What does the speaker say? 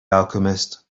alchemist